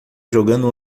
jogando